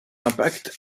impact